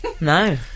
No